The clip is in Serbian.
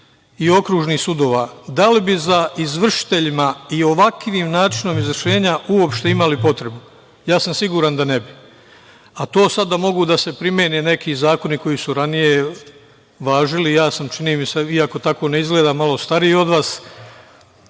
i okružnih sudova, da li bi za izvršiteljima i ovakvim načinom izvršenja uopšte imali potrebu? Ja sam siguran da ne bi, a to sad da mogu da se primene neki zakoni koji su ranije važili, ja sam, čini mi se, iako tako ne izgleda malo stariji od vas,